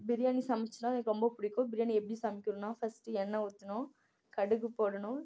பிரியாணி சமைச்சனா அது எனக்கு ரொம்ப பிடிக்கும் பிரியாணி எப்படி சமைக்கணும்னா ஃபர்ஸ்ட்டு எண்ணெய் ஊற்றணும் கடுகு போடணும்